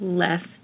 less